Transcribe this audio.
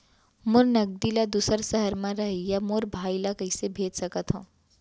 मोर नगदी ला दूसर सहर म रहइया मोर भाई ला कइसे भेज सकत हव?